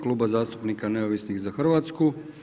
Kluba zastupnika Neovisnih za Hrvatsku.